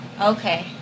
Okay